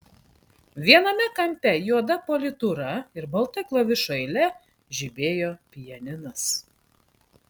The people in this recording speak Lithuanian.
viename kampe juoda politūra ir balta klavišų eile žibėjo pianinas